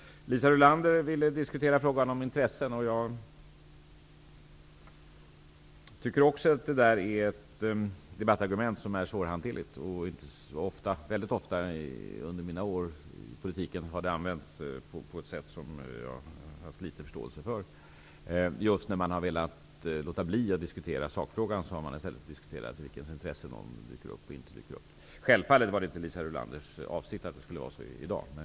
Liisa Rulander ville diskutera frågan om vad det finns för bakomliggande intressen. Jag tycker också att det är ett debattargument som är svårhanterligt. Under mina år i politiken har det väldigt ofta använts på ett sätt som jag har haft litet förståelse för, att man i stället för att diskutera sakfrågan har velat diskutera vilka intressen som finns. Självfallet var det inte Liisa Rulanders avsikt att det skulle bli så i dag.